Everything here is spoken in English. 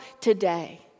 today